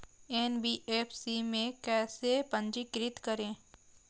NBFC में कैसे पंजीकृत करें?